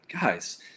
guys